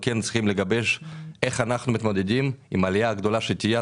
כן צריכים לגבש איך אנחנו מתמודדים עם העלייה הגדולה שתהיה.